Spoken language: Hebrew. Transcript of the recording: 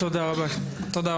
תודה רבה קטי.